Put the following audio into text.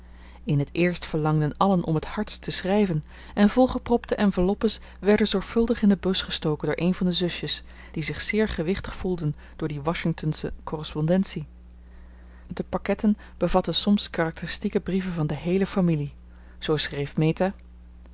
in het eerst verlangden allen om het hardst te schrijven en volgepropte enveloppes werden zorgvuldig in de bus gestoken door een van de zusjes die zich zeer gewichtig voelden door die washingtonsche correspondentie de pakketten bevatten soms karakteristieke brieven van de heele familie zoo schreef meta